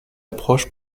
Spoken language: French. approche